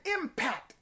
impact